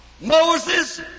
Moses